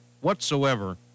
whatsoever